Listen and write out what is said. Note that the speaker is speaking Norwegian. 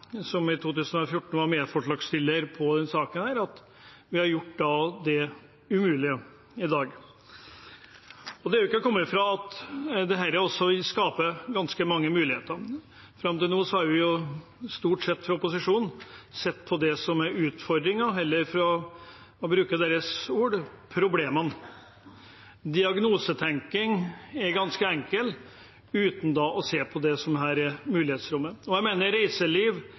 som i 2014 var medforslagsstiller til denne saken, at vi har gjort det umulige i dag. Det er ikke til å komme fra at dette også vil skape ganske mange muligheter. Fram til nå har man stort sett fra opposisjonen sett på utfordringene, eller for å bruke deres ord: problemene. Diagnosetenkning er ganske enkelt – uten å se på det som er mulighetsrommet her. Jeg mener reiseliv